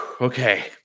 Okay